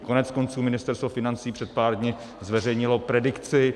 Koneckonců Ministerstvo financí před pár dny zveřejnilo predikci.